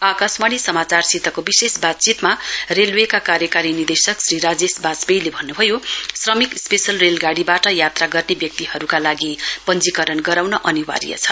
आकाशवाणी समाजारसितको विशेष बातचीतमा रेलवेका कार्यकारी निदेशक श्री राजेश बाजपेयीले भन्न्भयो श्रमिक स्पेशल रेलगाडीबाट यात्रा गर्ने व्यक्तिहरूका लागि पञ्जीकरण गराउन अनिर्वाय छ